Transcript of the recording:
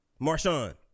Marshawn